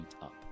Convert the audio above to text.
up